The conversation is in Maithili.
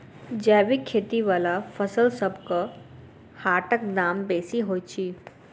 जैबिक खेती बला फसलसबक हाटक दाम बेसी होइत छी